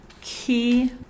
key